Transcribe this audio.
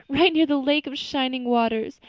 right near the lake of shining waters.